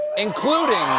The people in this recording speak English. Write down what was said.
including.